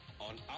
on